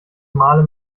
male